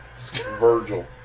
Virgil